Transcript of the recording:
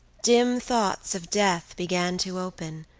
dim thoughts of death began to open,